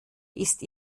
ist